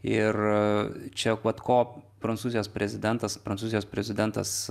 ir čia vat ko prancūzijos prezidentas prancūzijos prezidentas